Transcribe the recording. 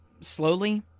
Slowly